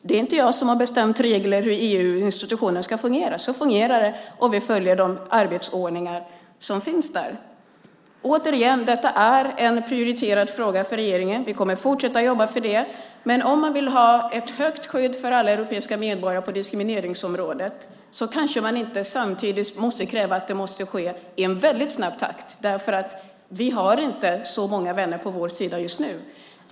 Det är inte jag som har bestämt reglerna för hur EU:s institutioner ska fungera. Så fungerar det, och vi följer de arbetsordningar som finns där. Återigen vill jag säga att detta är en prioriterad fråga för regeringen. Vi kommer att fortsätta att jobba för det. Men om man vill ha ett högt skydd för alla europeiska medborgare på diskrimineringsområdet kanske man inte samtidigt behöver kräva att det måste ske i en väldigt snabb takt. Vi har nämligen inte så många vänner på vår sida just nu.